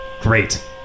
Great